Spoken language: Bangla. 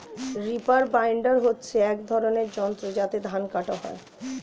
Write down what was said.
রিপার বাইন্ডার হচ্ছে এক ধরনের যন্ত্র যাতে ধান কাটা হয়